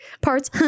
parts